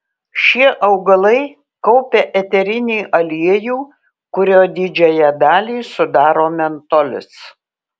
šie augalai kaupia eterinį aliejų kurio didžiąją dalį sudaro mentolis